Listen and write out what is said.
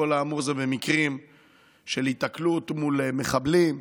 כל האמור זה במקרים של היתקלות מול מחבלים,